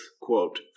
quote